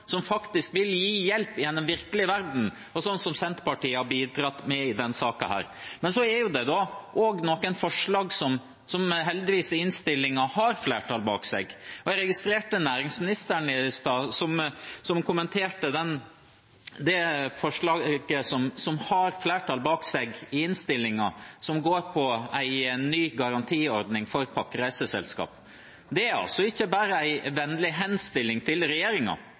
som faktisk vil gi hjelp i den virkelige verden, sånn som Senterpartiet har bidratt med i denne saken. Så er det noen forslag i innstillingen som heldigvis har flertall bak seg. Jeg registrerte at næringsministeren i stad kommenterte det forslaget som har flertall bak seg i innstillingen, og som går på en ny garantiordning for pakkereiseselskapene. Det er ikke bare en vennlig henstilling til